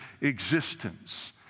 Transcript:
existence